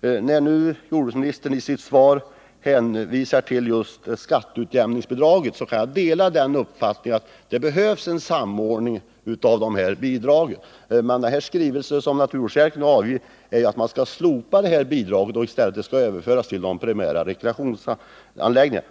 När nu jordbruksministern i sitt svar hänvisar till skatteutjämningsbidraget kan jag säga att jag delar uppfattningen att det behövs en samordning av bidragen, men i den skrivelse som naturvårdschefen avgivit står att detta bidrag bör slopas och i stället överföras till de primära rekreationsanläggningarna.